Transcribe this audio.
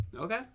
okay